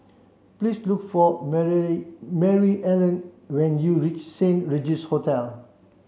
please look for Mary Maryellen when you reach Saint Regis Hotel